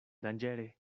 danĝere